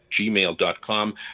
gmail.com